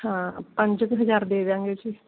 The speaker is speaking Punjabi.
ਹਾਂ ਪੰਜ ਕ ਹਜਾਰ ਦੇ ਦਿਆਂਗੇ ਜੀ